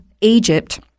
Egypt